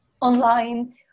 online